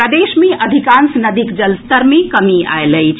प्रदेश मे अधिकांश नदीक जलस्तर मे कमी आएल अछि